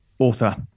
Author